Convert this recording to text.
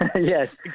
Yes